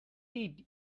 did